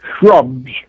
shrubs